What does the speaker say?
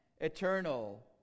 eternal